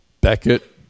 Beckett